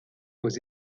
aux